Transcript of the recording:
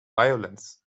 violence